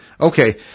Okay